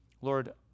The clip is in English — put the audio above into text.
Lord